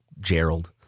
Gerald